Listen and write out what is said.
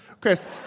Chris